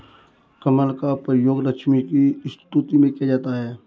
कमल का प्रयोग लक्ष्मी की स्तुति में किया जाता है